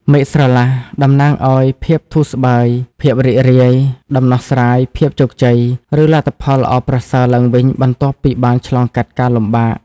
មេឃស្រឡះ តំណាងឲ្យ ភាពធូរស្បើយ ភាពរីករាយ ដំណោះស្រាយ ភាពជោគជ័យ ឬលទ្ធផលល្អប្រសើរឡើងវិញបន្ទាប់ពីបានឆ្លងកាត់ការលំបាក។